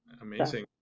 Amazing